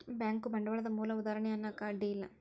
bank ಬಂಡ್ವಾಳದ್ ಮೂಲ ಉದಾಹಾರಣಿ ಅನ್ನಾಕ ಅಡ್ಡಿ ಇಲ್ಲಾ